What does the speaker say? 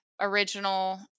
original